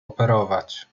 operować